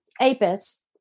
apis